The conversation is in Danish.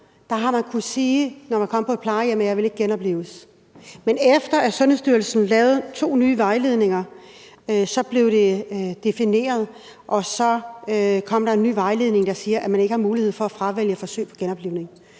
plejehjem: Jeg vil ikke genoplives. Men efter at Sundhedsstyrelsen lavede to nye vejledninger, blev det defineret, og så kom der en ny vejledning, der siger, at man ikke har mulighed for at fravælge forsøg på genoplivning.